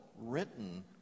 written